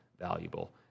valuable